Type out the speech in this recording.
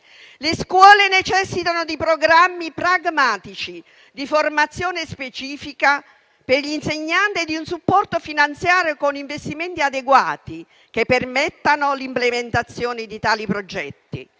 Le scuole necessitano di programmi pragmatici, di formazione specifica per gli insegnanti e di un supporto finanziario con investimenti adeguati che permettano l'implementazione di tali progetti.